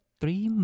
three